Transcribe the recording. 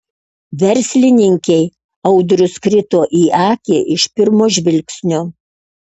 verslininkei audrius krito į akį iš pirmo žvilgsnio